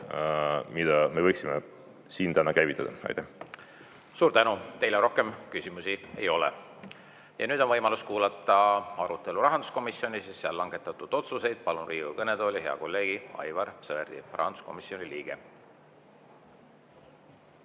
mille me võiksime siin täna käivitada. Suur tänu! Teile rohkem küsimusi ei ole. Nüüd on võimalus kuulata arutelu rahanduskomisjonis ja seal langetatud otsuseid. Palun Riigikogu kõnetooli hea kolleegi Aivar Sõerdi, rahanduskomisjoni liikme.